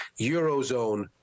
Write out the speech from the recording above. Eurozone